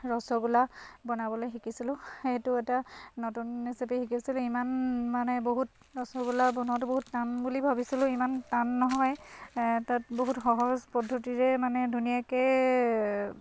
ৰসগোল্লা বনাবলৈ শিকিছিলোঁ সেইটো এটা নতুন ৰেচিপি শিকিছিলোঁ ইমান মানে বহুত ৰসগোল্লা বনোৱাতো বহুত টান বুলি ভাবিছিলোঁ ইমান টান নহয় তাত বহুত সহজ পদ্ধতিৰে মানে ধুনীয়াকৈ